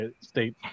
state